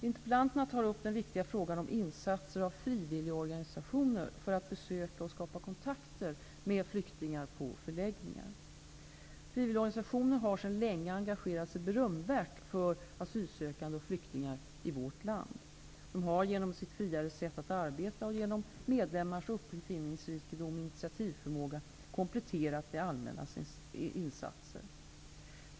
Interpellanterna tar upp den viktiga frågan om insatser av frivilligorganisationer för att besöka och skapa kontakter med flyktingar på förläggningar. Frivilligorganisationer har sedan länge engagerat sig berömvärt för asylsökande och flyktingar i vårt land. De har genom sitt friare sätt att arbeta och genom medlemmarnas uppfinningsrikedom och initiativförmåga kompletterat det allmännas insatser.